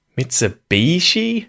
Mitsubishi